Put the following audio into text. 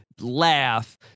laugh